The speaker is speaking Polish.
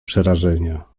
przerażenia